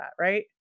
right